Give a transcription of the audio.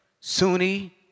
Sunni